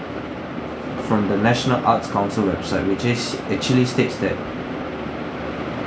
from the national arts council website which is actually states that